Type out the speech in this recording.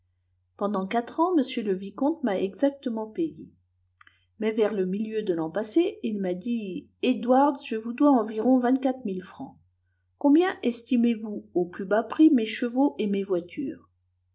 pendant quatre ans m le vicomte m'a exactement payé mais vers le milieu de l'an passé il m'a dit edwards je vous dois environ vingt-quatre mille francs combien estimez-vous au plus bas prix mes chevaux et mes voitures